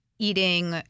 eating